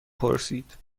پرسید